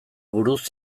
buruz